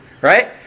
right